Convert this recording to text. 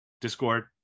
Discord